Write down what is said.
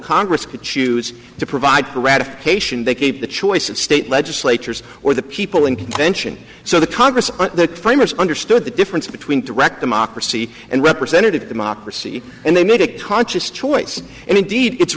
congress could choose to provide for ratification they keep the choice of state legislatures or the people in convention so the congress and the framers understood the difference between direct democracy and representative democracy and they made a conscious choice and indeed it's